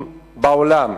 בעולם,